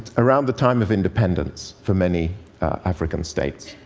around the time of independence for many african states.